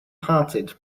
hearted